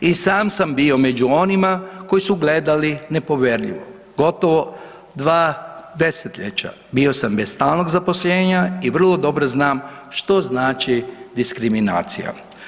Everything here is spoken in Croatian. I sam sam bio među onima koji su gledali nepovjerljivo, gotovo dva desetljeća bio sam bez stalnog zaposlenja i vrlo dobro znam što znači diskriminacija.